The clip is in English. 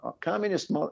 communist